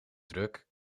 druk